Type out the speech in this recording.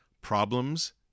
problems